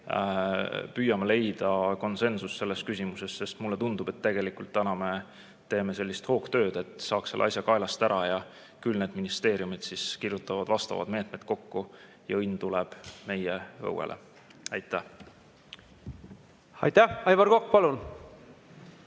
ja püüame leida konsensust selles küsimuses. Mulle tundub, et täna me teeme sellist hoogtööd, et saaks selle asja kaelast ära ja küll ministeeriumid kirjutavad vastavad meetmed kokku ja õnn tuleb meie õuele. Aitäh! Ja kui on